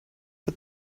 but